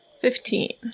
Fifteen